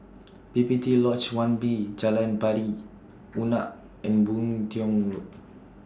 P P T Lodge one B Jalan Pari Unak and Boon Tiong Road